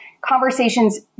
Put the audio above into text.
conversations